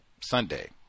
sunday